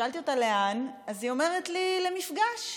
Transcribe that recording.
שאלתי אותה לאן, אז היא אומרת לי: למפגש,